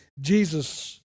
Jesus